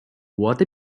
what